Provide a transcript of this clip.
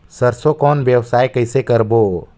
सरसो कौन व्यवसाय कइसे करबो?